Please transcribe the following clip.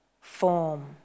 form